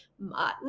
Martin